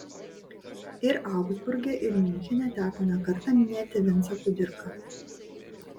ir augsburge ir miunchene teko nekartą minėti vincą kudirką